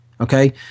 Okay